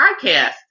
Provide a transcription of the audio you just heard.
podcast